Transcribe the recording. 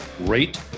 rate